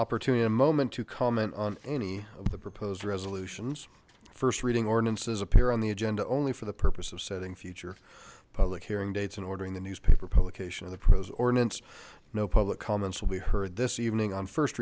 opportunity a moment to comment on any of the proposed resolutions first reading ordinances appear on the agenda only for the purpose of setting future public hearing dates and ordering the newspaper publication of the proposed ordinance no public comments will be heard this evening on first